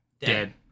dead